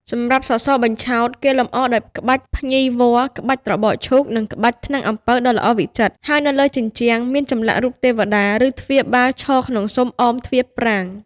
សម្រាប់សសរបញ្ឆោត គេលម្អដោយក្បាច់ភ្ញីវល្លិ៍ ក្បាច់ត្របកឈូក និងក្បាច់ ថ្នាំងអំពៅដ៏ល្អវិចិត្រ ហើយនៅលើជញ្ជាំងមានចម្លាក់រូបទេវតា ឬទ្វារបាលឈរក្នុងស៊ុមអមទ្វារប្រាង្គ។